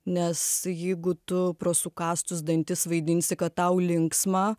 nes jeigu tu pro sukąstus dantis vaidinsi kad tau linksma